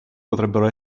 potrebbero